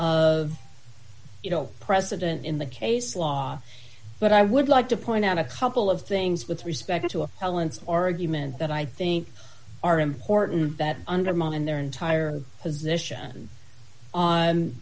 of you know president in the case law but i would like to point out a couple of things with respect to a felon's argument that i think are important that undermine their entire position on